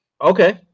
okay